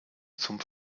zum